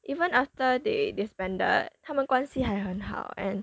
even after they disbanded 他们关系还很好 and